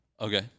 Okay